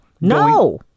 No